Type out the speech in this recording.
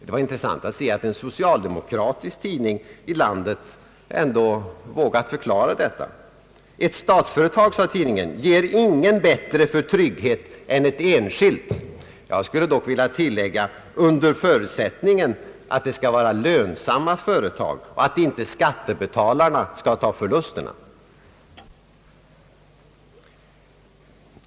Det var intressant att se att en socialdemokratisk tidning i landet vågade förklara detta: »Ett statsföretag ger ingen bättre trygghet än ett enskilt.» Jag skulle dock vilja tillägga: under förutsättning att det skall vara ett lönsamt företag och att inte skattebetalarna skall ta förlusterna.